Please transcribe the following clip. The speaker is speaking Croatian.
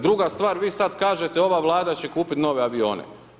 Druga stvar, vi sad kažete ova Vlada će kupiti nove avione.